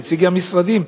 נציגי המשרדים,